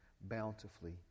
bountifully